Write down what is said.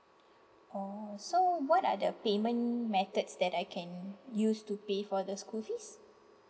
oh so what are the payment methods that I can use to pay for the school fees